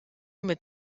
mit